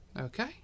Okay